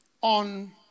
on